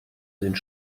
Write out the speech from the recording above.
sind